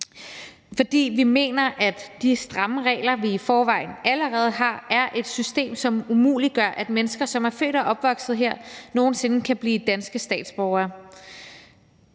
fordi vi mener, at de stramme regler, vi i forvejen allerede har, er et system, som umuliggør, at mennesker, som er født og opvokset her, nogen sinde kan blive danske statsborgere.